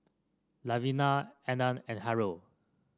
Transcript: Levina Arlan and Harrold